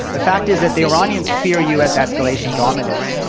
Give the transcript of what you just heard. the fact is that the iranians fear u. s. escalation dominance.